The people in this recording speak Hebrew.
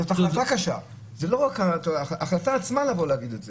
זאת החלטה קשה להגיד את זה.